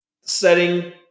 setting